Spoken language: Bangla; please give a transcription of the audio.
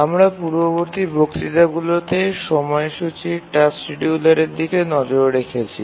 আমরা পূর্ববর্তী বক্তৃতাগুলিতে সময়সূচীর টাস্ক শিডিয়ুলারের দিকে নজর রেখেছি